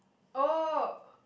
oh